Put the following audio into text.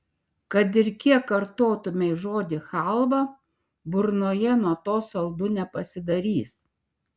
kad ir kiek kartotumei žodį chalva burnoje nuo to saldu nepasidarys